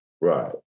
Right